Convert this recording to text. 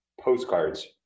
postcards